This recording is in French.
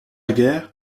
guerre